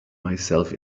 myself